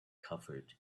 covered